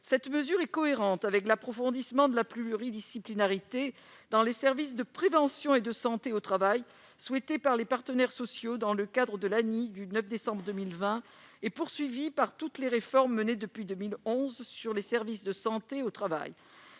Cette mesure est cohérente avec l'approfondissement de la pluridisciplinarité dans les services de prévention et de santé au travail souhaité par les partenaires sociaux dans le cadre de l'ANI du 9 décembre 2020 et poursuivi par toutes les réformes menées depuis 2011 sur les services de santé au travail.